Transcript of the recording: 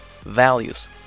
values